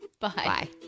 Bye